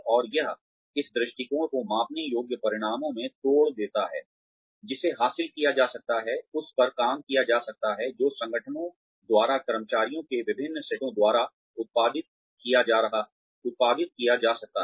और यह इस दृष्टिकोण को मापने योग्य परिणामों में तोड़ देता है जिसे हासिल किया जा सकता है उस पर काम किया जा सकता है जो संगठनों द्वारा कर्मचारियों के विभिन्न सेटों द्वारा उत्पादित किया जा सकता है